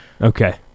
okay